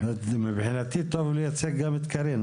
מבחינתי טוב לייצג גם את קארין,